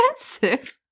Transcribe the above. expensive